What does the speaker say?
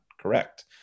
correct